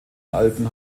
alten